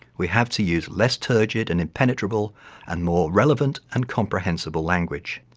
we have to use less turgid and impenetrable and more relevant and comprehensible language.